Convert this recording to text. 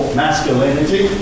masculinity